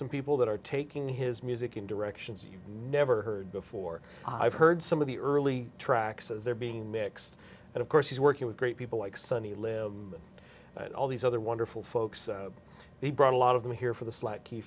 some people that are taking his music in directions you never heard before i've heard some of the early tracks as they're being mixed and of course he's working with great people like sonny lim and all these other wonderful folks he brought a lot of them here for the sl